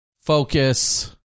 focus